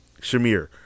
Shamir